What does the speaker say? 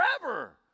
forever